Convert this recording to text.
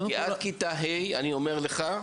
אני אומר לך,